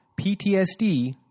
PTSD